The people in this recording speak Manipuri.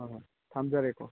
ꯍꯣꯏ ꯍꯣꯏ ꯊꯝꯖꯔꯦꯀꯣ